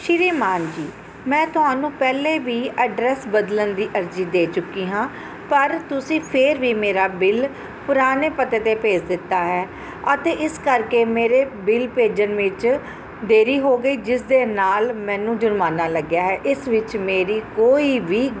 ਸ਼੍ਰੀਮਾਨ ਜੀ ਮੈਂ ਤੁਹਾਨੂੰ ਪਹਿਲਾਂ ਵੀ ਐਡਰੈਸ ਬਦਲਣ ਦੀ ਅਰਜ਼ੀ ਦੇ ਚੁੱਕੀ ਹਾਂ ਪਰ ਤੁਸੀਂ ਫਿਰ ਵੀ ਮੇਰਾ ਬਿੱਲ ਪੁਰਾਣੇ ਪਤੇ 'ਤੇ ਭੇਜ ਦਿੱਤਾ ਹੈ ਅਤੇ ਇਸ ਕਰਕੇ ਮੇਰੇ ਬਿੱਲ ਭੇਜਣ ਵਿੱਚ ਦੇਰੀ ਹੋ ਗਈ ਜਿਸ ਦੇ ਨਾਲ ਮੈਨੂੰ ਜੁਰਮਾਨਾ ਲੱਗਿਆ ਹੈ ਇਸ ਵਿੱਚ ਮੇਰੀ ਕੋਈ ਵੀ